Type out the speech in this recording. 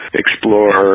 explore